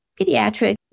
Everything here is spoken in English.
pediatric